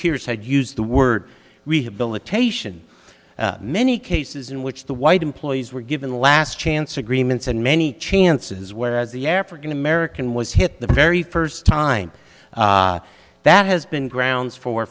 hears had used the word rehabilitation many cases in which the white employees were given last chance agreements and many chances whereas the african american was hit the very first time that has been grounds for